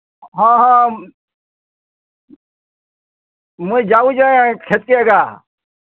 ହଁ ହଁ ମୁଇଁ ଯାଉଛେ କ୍ଷେତ୍କେ ଏକା